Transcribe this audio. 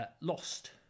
lost